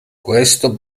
questo